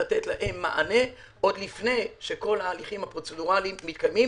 עוד לפני שכל ההליכים הפרוצדורליים מתקיימים.